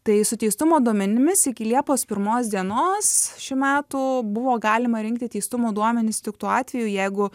tai su teistumo duomenimis iki liepos pirmos dienos šių metų buvo galima rinkti teistumo duomenis tik tuo atveju jeigu